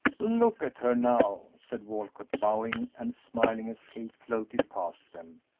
look at her now! said walcott, bowing and smiling as kate floated past them,